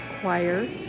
choir